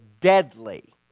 deadly